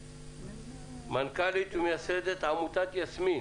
מנכ"לית ומייסדת עמותת יסמין